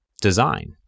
design